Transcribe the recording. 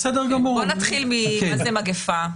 נתחיל עם מה זו מגיפה.